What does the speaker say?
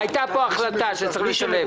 הייתה פה החלטה שצריך לשלם.